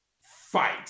fight